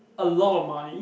a lot of money